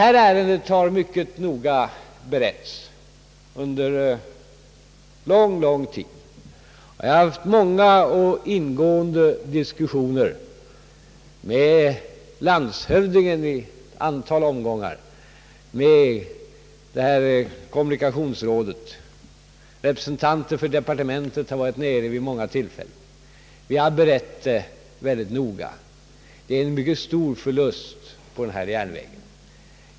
Detta ärende har mycket noga beretts under mycket lång tid, och jag har haft många och ingående diskussioner med landshövdingen och kommunikationsrådet. Representanter för departementet har vid många tillfällen varit nere i Kalmar. Vi har alltså berett ärendet mycket noga. Järnvägen Kalmar— Berga går med mycket stor förlust.